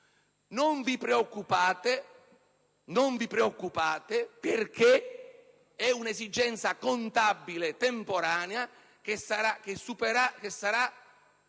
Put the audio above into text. non preoccuparsi perché è un'esigenza contabile temporanea che sarà